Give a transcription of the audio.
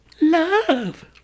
love